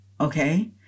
okay